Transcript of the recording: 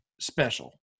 special